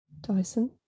Dyson